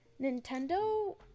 Nintendo